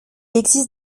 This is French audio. existe